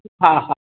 हा हा